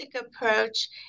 approach